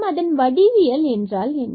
எனவே அதன் வடிவியல் என்றால் என்ன